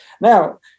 Now